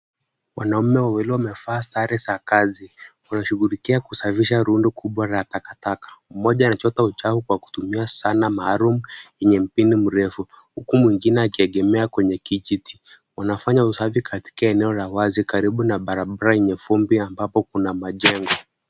Wanaume wawili wamevaa sare za kazi, wanashugulikia kusafisha rundo kubwa la takataka, mmoja anachota uchafu kwa kutumia zana maalum yenye mpini mrefu, huku mwingine akiegemea kwenye kijiti, wanafanya usafi katika eneo la wazi karibu na barabara yenye vumbi ambapo kuna majengo.